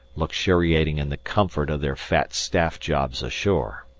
luxuriating in the comfort of their fat staff jobs ashore.